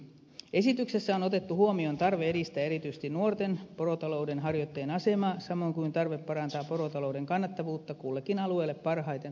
esityksessä on otettu huomioon tarve edistää erityisesti nuorten porotalouden harjoittajien asemaa samoin kuin tarve parantaa porotalouden kannattavuutta kullekin alueelle parhaiten soveltuvilla keinoilla